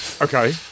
Okay